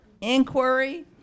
Inquiry